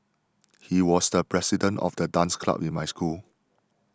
he was the president of the dance club in my school